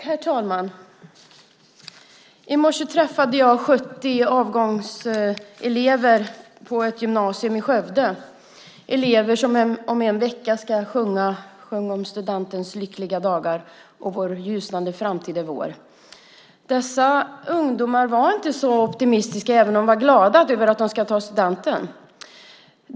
Herr talman! I morse träffade jag 70 avgångselever på ett gymnasium i Skövde. Det är elever som om en vecka ska sjunga: Sjungom studentens lyckliga dag och den ljusnande framtid är vår. Dessa ungdomar var inte så optimistiska även om de var glada över att de ska ta studenten.